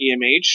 EMH